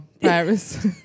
Paris